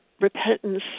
repentance